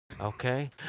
okay